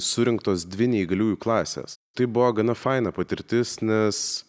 surinktos dvi neįgaliųjų klasės tai buvo gana faina patirtis nes